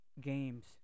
games